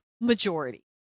majority